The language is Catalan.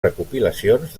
recopilacions